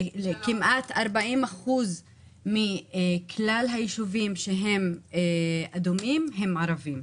כמעט 40% מכלל היישובים האדומים הם ערביים.